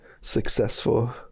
successful